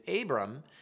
Abram